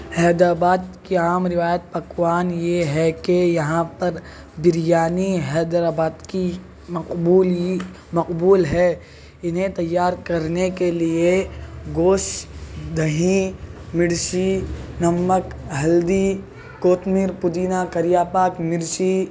حیدرآباد کی عام روایت پکوان یہ ہے کہ یہاں پر بریانی حیدرآباد کی مقبولی مقبول ہے انہیں تیار کرنے کے لیے گوشت دہی مرچی نمک ہلدی کوتمیر پودینہ کریا پاک مرچی